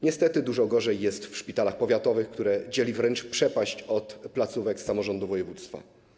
Niestety dużo gorzej jest w szpitalach powiatowych, które dzieli wręcz przepaść od placówek samorządu województwa.